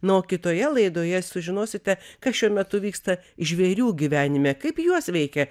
na o kitoje laidoje sužinosite kas šiuo metu vyksta žvėrių gyvenime kaip juos veikia